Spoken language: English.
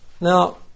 Now